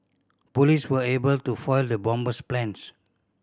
police were able to foil the bomber's plans